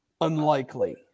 unlikely